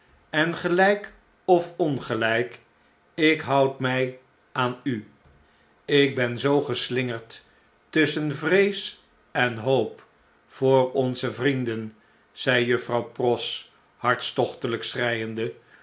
gij gelflk engelpofongelrjk ik houd my aan u ik ben zoo geslingerd tusschen vrees en hoop voor onze vrienden zei juffrouw pross hartstochtelp schreiende